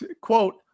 Quote